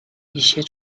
一些